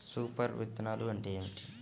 Super విత్తనాలు అంటే ఏమిటి?